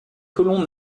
colons